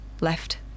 Left